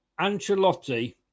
Ancelotti